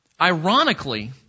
ironically